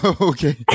okay